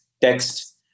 text